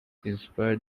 inspire